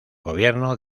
gobierno